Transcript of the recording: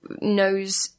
knows